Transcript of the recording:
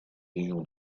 légion